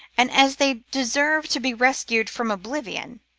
and as they deserve to be rescued from oblivion,